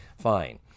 fine